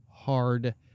Hard